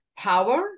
power